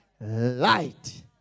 light